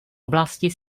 oblasti